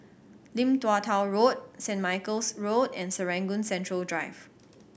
Lim Tua Tow Road Saint Michael's Road and Serangoon Central Drive